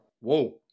Whoa